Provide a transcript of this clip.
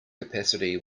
capacity